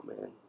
man